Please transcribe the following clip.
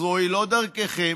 זוהי לא דרככם,